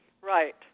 Right